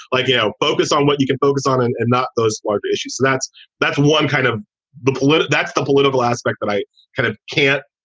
like, you know, focus on what you can focus on and and not those larger issues. that's that's one kind of the that's the political aspect that i kind of can't.